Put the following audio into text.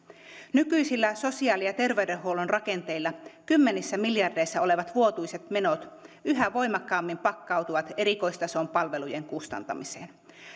nykyisillä sosiaali ja terveydenhuollon rakenteilla kymmenissä miljardeissa olevat vuotuiset menot yhä voimakkaammin pakkautuvat erikoistason palvelujen kustantamiseen